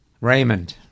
Raymond